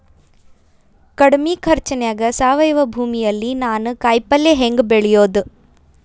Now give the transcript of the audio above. ಕಡಮಿ ಖರ್ಚನ್ಯಾಗ್ ಸಾವಯವ ಭೂಮಿಯಲ್ಲಿ ನಾನ್ ಕಾಯಿಪಲ್ಲೆ ಹೆಂಗ್ ಬೆಳಿಯೋದ್?